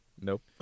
Nope